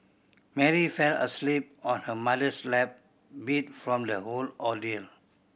Mary fell asleep on her mother's lap beat from the whole ordeal